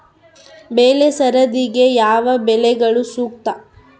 ಬೆಳೆ ಸರದಿಗೆ ಯಾವ ಬೆಳೆಗಳು ಸೂಕ್ತ?